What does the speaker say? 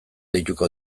deituko